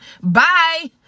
bye